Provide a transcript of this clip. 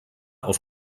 auf